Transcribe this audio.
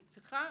היא צריכה,